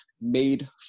made